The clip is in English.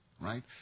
Right